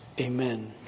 amen